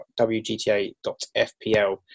WGTA.fpl